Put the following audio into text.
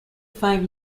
five